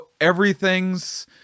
everything's